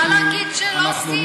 עושים, אז חבל להגיד שלא עושים.